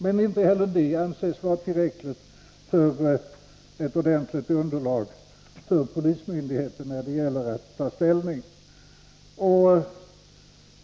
Men inte heller detta anses vara tillräckligt för polismyndighetens ställningstagande.